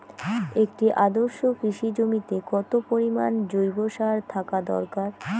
একটি আদর্শ কৃষি জমিতে কত পরিমাণ জৈব সার থাকা দরকার?